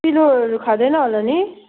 पिरोहरू खाँदैन होला नि